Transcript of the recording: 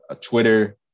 twitter